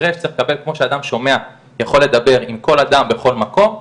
חרש צריך לקבל כמו שאדם שומע יכול לדבר עם כל אדם בכל מקום,